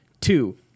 Two